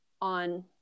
on